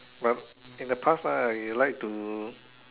but in the past lah you like to